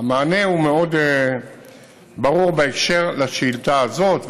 המענה הוא מאוד ברור בקשר לשאילתה הזאת,